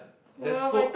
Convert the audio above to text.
there's so